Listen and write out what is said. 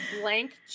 blank